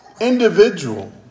individual